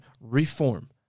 reform